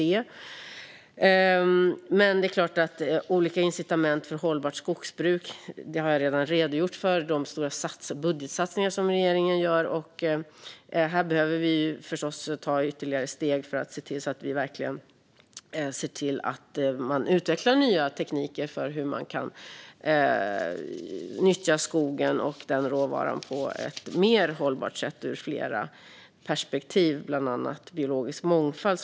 Jag har redan redogjort för olika incitament för hållbart skogsbruk och de stora budgetsatsningar regeringen gör. Men vi behöver förstås ta ytterligare steg för att se till att det utvecklas nya tekniker så att skogen och skogsråvaran kan nyttjas på ett mer hållbart sätt ur flera perspektiv, bland annat givetvis biologisk mångfald.